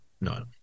No